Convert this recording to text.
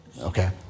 okay